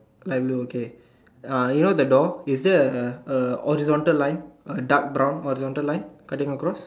light blue okay uh you know the door is there a a a horizontal line a dark brown horizontal line cutting across